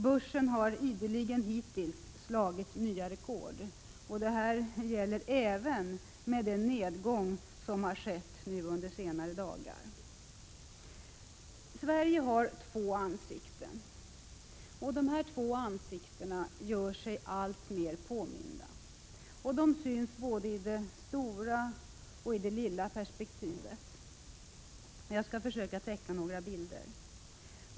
Börsen har ideligen hittills slagit nya rekord. Detta gäller även med den nedgång som nu skett under senare dagar. Sverige har två ansikten och dessa två ansikten gör sig alltmer påminda. De syns både i det stora och i det lilla perspektivet. Jag skall försöka att teckna några bilder.